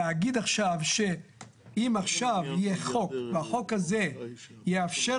להגיד עכשיו שאם יהיה חוק והחוק הזה יאפשר